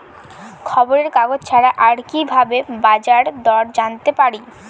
খবরের কাগজ ছাড়া আর কি ভাবে বাজার দর জানতে পারি?